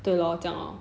对 lor 这样 lor